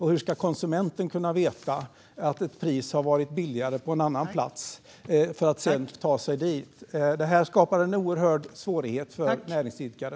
Hur ska konsumenten kunna veta att ett pris har varit billigare på en annan plats för att sedan ta sig dit? Det skapar en oerhörd svårighet för näringsidkare.